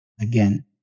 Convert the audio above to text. again